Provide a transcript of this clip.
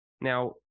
Now